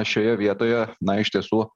šioje vietoje na iš tiesų